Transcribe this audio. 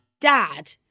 dad